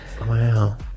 Wow